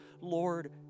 Lord